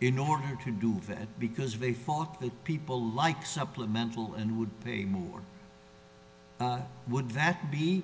in order to do that because they fought that people like supplemental and would pay more would that be